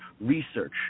research